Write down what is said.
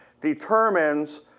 determines